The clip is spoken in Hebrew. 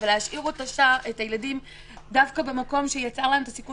אבל להשאיר את הילדים דווקא במקום שיצר להם את הסיכון